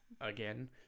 again